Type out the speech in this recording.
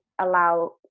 allow